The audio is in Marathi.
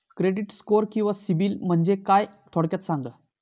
क्रेडिट स्कोअर किंवा सिबिल म्हणजे काय? थोडक्यात सांगा